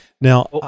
Now